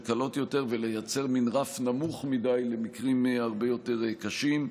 קלות יותר ולייצר מין רף נמוך מדי למקרים הרבה יותר קשים.